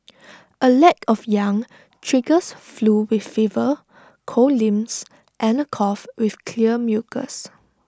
A lack of yang triggers flu with fever cold limbs and A cough with clear mucus